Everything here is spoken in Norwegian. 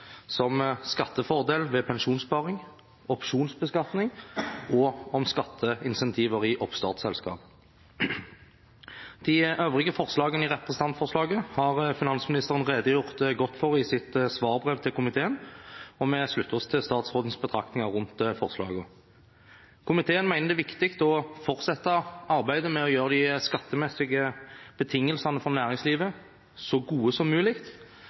som skattefordel ved pensjonssparing, opsjonsbeskatning og skatteincentiver i oppstartsselskap. De øvrige forslagene i representantforslaget har finansministeren redegjort godt for i sitt svarbrev til komiteen, og vi slutter oss til statsrådens betraktninger rundt forslagene. Komiteen mener det er viktig å fortsette arbeidet med å gjøre de skattemessige betingelsene for næringslivet så gode som mulig,